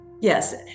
Yes